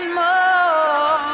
more